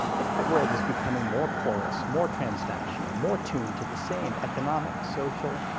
if the world is becoming more porous, more transnational, more attuned to the same economic, social,